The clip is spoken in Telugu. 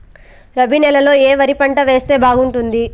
రబి నెలలో ఏ వరి పంట వేస్తే బాగుంటుంది